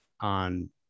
on